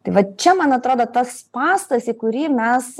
tai vat čia man atrodo tas spastas į kurį mes